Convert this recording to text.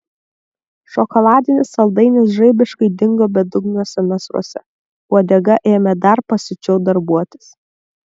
šokoladinis saldainis žaibiškai dingo bedugniuose nasruose uodega ėmė dar pasiučiau darbuotis